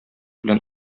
белән